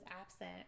absent